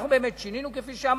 אנחנו באמת שינינו, כפי שאמרתי,